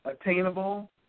attainable